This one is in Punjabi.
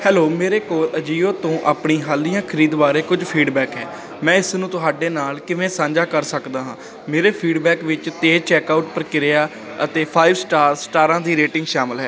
ਹੈਲੋ ਮੇਰੇ ਕੋਲ ਅਜੀਓ ਤੋਂ ਆਪਣੀ ਹਾਲੀਆ ਖਰੀਦ ਬਾਰੇ ਕੁਝ ਫੀਡਬੈਕ ਹੈ ਮੈਂ ਇਸ ਨੂੰ ਤੁਹਾਡੇ ਨਾਲ ਕਿਵੇਂ ਸਾਂਝਾ ਕਰ ਸਕਦਾ ਹਾਂ ਮੇਰੇ ਫੀਡਬੈਕ ਵਿੱਚ ਤੇਜ਼ ਚੈੱਕਆਊਟ ਪ੍ਰਕਿਰਿਆ ਅਤੇ ਫਾਈਵ ਸਟਾਰ ਸਟਾਰਾਂ ਦੀ ਰੇਟਿੰਗ ਸ਼ਾਮਲ ਹੈ